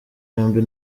yombi